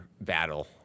battle